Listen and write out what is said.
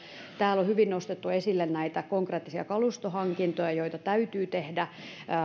täällä on hyvin nostettu esille näitä konkreettisia kalustohankintoja joita täytyy tehdä